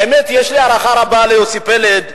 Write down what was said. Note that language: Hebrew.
האמת היא שיש לי הערכה רבה ליוסי פלד,